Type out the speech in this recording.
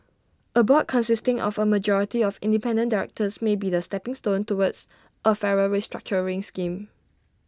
A board consisting of A majority of independent directors may be the stepping stone towards A fairer restructuring scheme